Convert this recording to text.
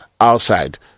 outside